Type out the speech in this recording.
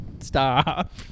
Stop